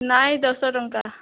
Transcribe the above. ନାଇଁ ଦଶ ଟଙ୍କା